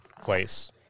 place